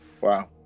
Wow